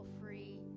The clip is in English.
free